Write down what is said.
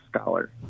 scholar